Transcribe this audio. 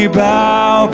bow